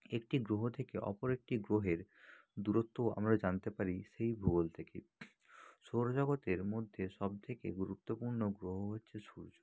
একটি গ্রহ থেকে ওপর একটি গ্রহের দূরত্বও আমরা জানতে পারি সেই ভূগোল থেকে সৌরজগতের মধ্যে সব থেকে গুরুত্বপূর্ণ গ্রহ হচ্ছে সূর্য